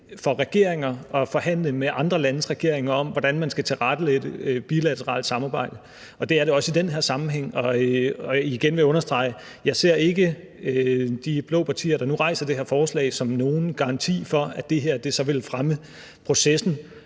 for regeringer at forhandle med andre landes regeringer om, hvordan man skal tilrettelægge bilateralt samarbejde; det er det også i den her sammenhæng. Og igen vil jeg understrege, at jeg ikke ser de blå partier, der nu fremsætter det her forslag, som nogen garanti for, at det så vil fremme processen.